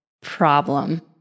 problem